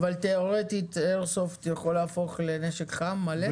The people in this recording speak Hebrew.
תיאורטית איירסופט יכול יהפוך לנשק חם מלא?